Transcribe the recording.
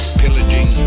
pillaging